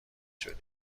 شدی